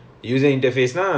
oh okay